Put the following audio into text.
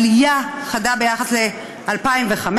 עלייה חדה ביחס ל-2015,